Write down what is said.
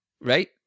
right